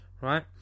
right